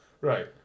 right